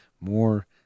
more